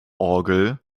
orgel